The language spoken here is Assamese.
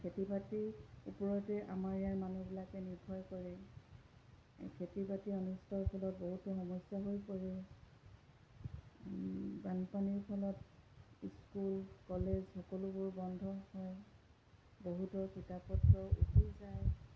খেতি বাতিৰ ওপৰতে আমাৰ ইয়াৰ মানুহবিলাকে নিৰ্ভৰ কৰে খেতি বাতি ফলত বহুতো সমস্যা হৈ পৰে বানপানীৰ ফলত স্কুল কলেজ সকলোবোৰ বন্ধ হয় বহুতো কিতাপ পত্ৰ উটি যায়